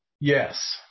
Yes